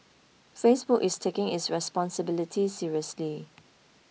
Facebook is taking its responsibility seriously